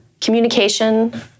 communication